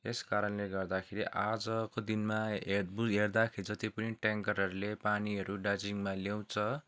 यसकारणले गर्दाखेरि आजको दिनमा हेर बु हेर्दाखेरि जति पनि ट्याङ्करहरूले पानीहरू दार्जिलिङमा ल्याउँछ